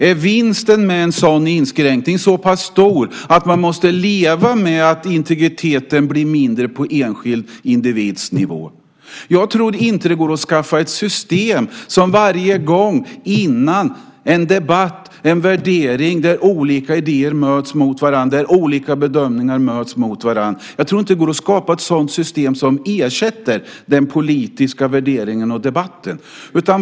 Är vinsten med en inskränkning så stor att man måste leva med att integriteten för den enskilda individen blir mindre? Jag tror inte att det går att skaffa ett system som kan ersätta den politiska värderingen och debatten.